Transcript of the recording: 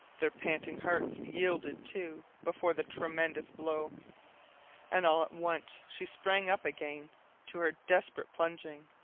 their panting hearts yielded, too, before the tremendous blow and all at once she sprang up again to her desperate plunging,